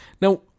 Now